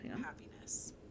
Happiness